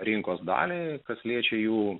rinkos dalį kas liečia jų